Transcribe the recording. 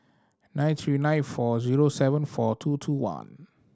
nine three nine four zero seven four two two one